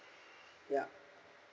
ya